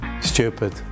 Stupid